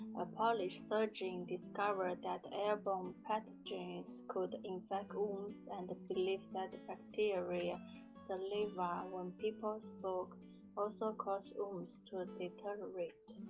a polish surgeon discovered that airborne pathogens could infect wounds and believed that that bacterial saliva when people spoke also caused wounds to ah deteriorate.